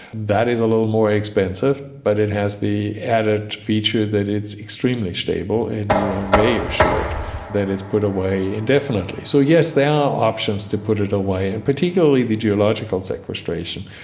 that is a little more expensive but it has the added feature that it's extremely stable and you are very assured that it's put away indefinitely. so yes, there are options to put it away, and particularly the geological sequestration,